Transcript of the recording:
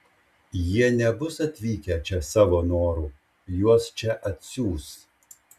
jie nebus atvykę čia savo noru juos čia atsiųs